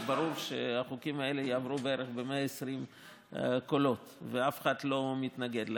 אז ברור שהחוקים האלה יעברו בערך ב-120 קולות ואף אחד לא מתנגד להם.